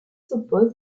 s’opposent